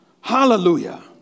Hallelujah